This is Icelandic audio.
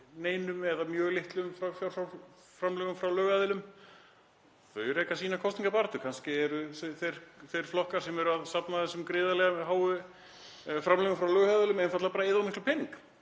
neinum eða mjög litlum fjárframlögum frá lögaðilum. Þau reka sína kosningabaráttu. Kannski eru þeir flokkar sem eru að safna þessum gríðarlega háu framlögum frá lögaðilum einfaldlega bara að eyða of miklum pening.